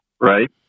right